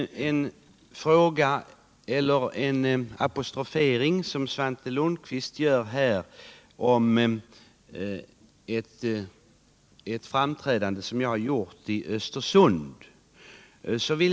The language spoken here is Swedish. Svante Lundkvist tog upp ett anförande som jag har hållit i Östersund.